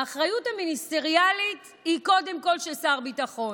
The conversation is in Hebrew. האחריות המיניסטריאלית היא קודם כול של שר ביטחון,